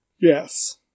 Yes